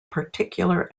particular